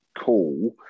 cool